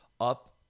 up